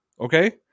okay